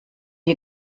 you